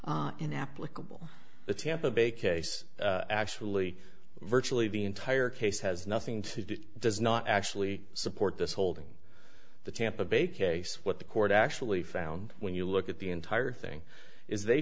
e inapplicable the tampa bay case actually virtually the entire case has nothing to do does not actually support this holding the tampa bay case what the court actually found when you look at the entire thing is they